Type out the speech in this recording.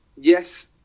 Yes